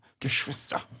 Geschwister